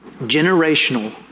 Generational